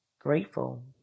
grateful